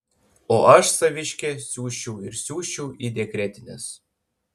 o aš saviškę siųsčiau ir siųsčiau į dekretines